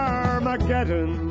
Armageddon